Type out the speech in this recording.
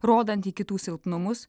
rodant į kitų silpnumus